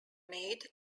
made